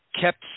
kept